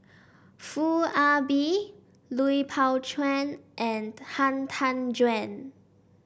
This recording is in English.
Foo Ah Bee Lui Pao Chuen and Han Tan Juan